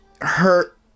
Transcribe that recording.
hurt